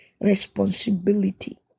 responsibility